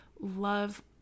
love